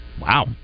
Wow